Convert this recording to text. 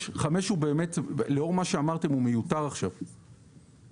לאור מה שאמרתם, עכשיו סעיף (5) מיותר.